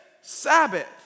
Sabbath